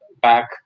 back